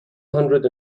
hundred